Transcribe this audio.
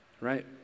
right